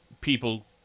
people